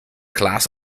class